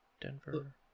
denver